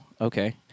okay